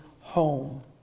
home